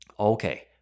Okay